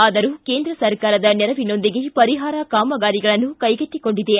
ಆದರೂ ಕೇಂದ್ರ ಸರ್ಕಾರದ ನೆರವಿನೊಂದಿಗೆ ಪರಿಹಾರ ಕಾಮಗಾರಿಗಳನ್ನು ಕೈಗೆತ್ತಿಕೊಂಡಿದೆ